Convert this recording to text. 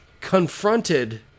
confronted